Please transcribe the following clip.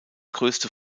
größte